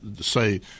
say